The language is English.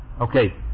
Okay